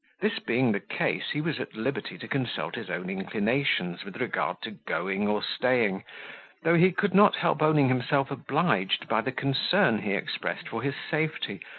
this being the case, he was at liberty to consult his own inclinations, with regard to going or staying though he could not help owning himself obliged by the concern he expressed for his safety,